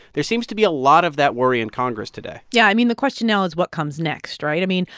there seems to be a lot of that worry in congress today yeah. i mean, the question now is what comes next, right? i mean,